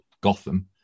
Gotham